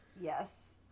yes